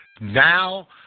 Now